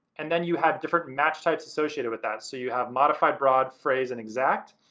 and then you have different match types associated with that. so you have modified broad, phrase, and exact.